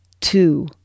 two